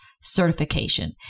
certification